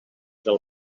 del